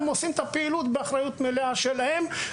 הם עושים את הפעילות באחריות מלאה שלהם.